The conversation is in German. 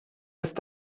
ist